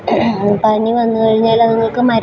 പനി വന്നു കഴിഞ്ഞാല് അതുങ്ങള്ക്കു മരുന്ന്